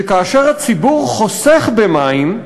שכאשר הציבור חוסך במים,